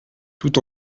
tout